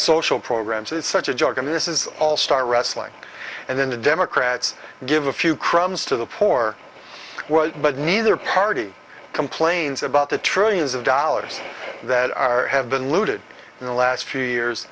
social programs is such a joke and this is all star wrestling and then the democrats give a few crumbs to the poor but neither party complains about the trillions of dollars that are have been looted in the last few years